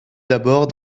d’abord